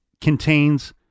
contains